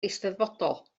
eisteddfodol